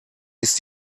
ist